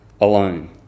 alone